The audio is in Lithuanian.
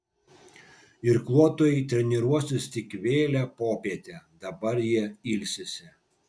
irkluotojai treniruosis tik vėlią popietę dabar jie ilsisi